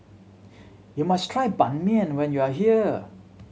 you must try Ban Mian when you are here